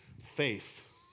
faith